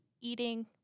eating